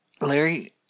Larry